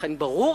לכן ברור,